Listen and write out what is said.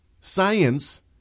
Science